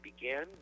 began